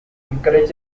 encouraged